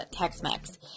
Tex-Mex